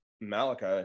Malachi